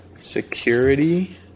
security